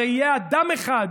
ויהיה אדם אחד,